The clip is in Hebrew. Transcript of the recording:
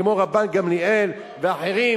כמו רבן גמליאל ואחרים,